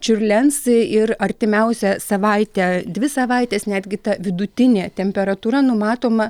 čiurlens ir artimiausią savaitę dvi savaites netgi ta vidutinė temperatūra numatoma